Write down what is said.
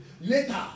Later